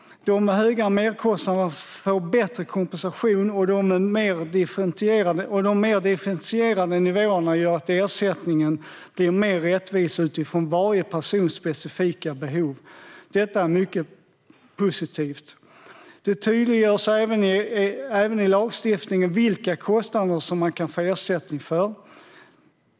De med höga merkostnader får bättre kompensation, och de mer differentierade nivåerna gör att ersättningen blir mer rättvis utifrån varje persons specifika behov. Detta är mycket positivt. Det tydliggörs även i lagstiftningen vilka kostnader som man kan få ersättning för.